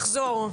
אני אחזור.